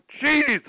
Jesus